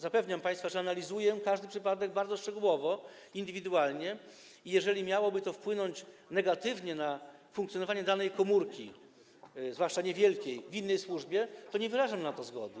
Zapewniam państwa, że analizuję każdy przypadek bardzo szczegółowo, indywidualnie, i jeżeli miałoby to wpłynąć negatywnie na funkcjonowanie danej komórki, zwłaszcza niewielkiej, w innej służbie, to nie wyrażam na to zgody.